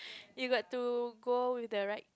it's like to go with the right